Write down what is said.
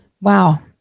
Wow